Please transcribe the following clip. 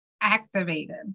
activated